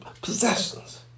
possessions